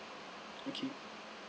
okay